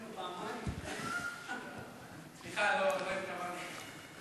סליחה, לא התכוונתי.